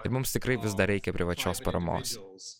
ir mums tikrai vis dar reikia privačios paramos